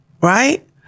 Right